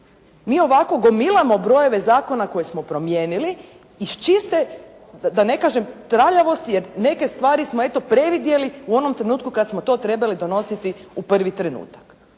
Mi ovako gomilamo promijene zakona koje smo promijenili iz čiste, da ne kažem, traljavosti, jer neke stvari smo eto predvidjeli u onom trenutku kada smo to trebali donositi u prvi trenutak.